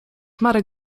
marek